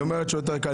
היא אומרת שיותר קל.